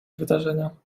wydarzenia